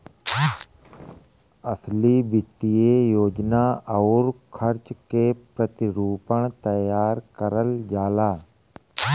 असली वित्तीय योजना आउर खर्चा के प्रतिरूपण तैयार करल जाला